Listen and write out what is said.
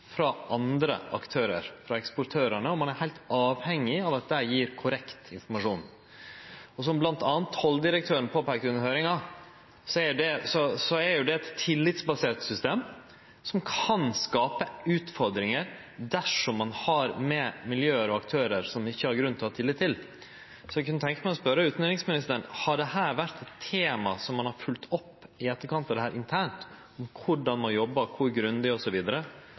frå andre aktørar, frå eksportørane, og ein er heilt avhengig av at dei gjev korrekt informasjon. Som bl.a. tolldirektøren peikte på i høyringa, er det eit tillitsbasert system som kan skape utfordringar dersom ein har å gjere med miljø og aktørar som ein ikkje har grunn til å ha tillit til. Eg kunne tenkje meg å spørje utanriksministaren: Har dette vore tema som ein har følgt opp internt i etterkant av dette – korleis ein jobba, kor grundig,